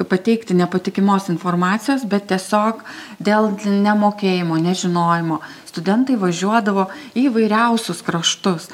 pateikti nepatikimos informacijos bet tiesiog dėl nemokėjimo nežinojimo studentai važiuodavo į įvairiausius kraštus